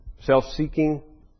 self-seeking